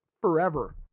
forever